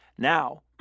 Now